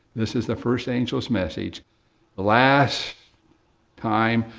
this is the first angel's message. the last time,